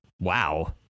wow